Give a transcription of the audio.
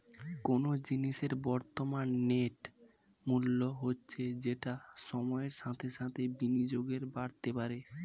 কোনো জিনিসের বর্তমান নেট মূল্য হচ্ছে যেটা সময়ের সাথে সাথে বিনিয়োগে বাড়তে পারে